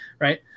right